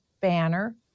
banner